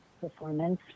performance